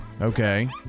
okay